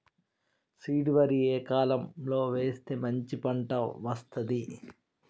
Seed వరి ఏ కాలం లో వేస్తే మంచి పంట వస్తది?